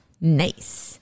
nice